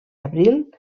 abril